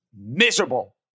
miserable